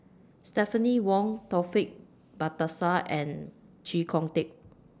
Stephanie Wong Taufik Batisah and Chee Kong Tet